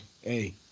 Hey